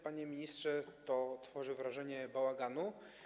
Panie ministrze, to tworzy wrażenie bałaganu.